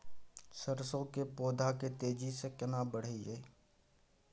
सरसो के पौधा के तेजी से केना बढईये?